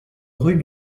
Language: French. rue